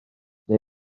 neu